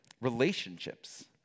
relationships